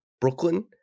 brooklyn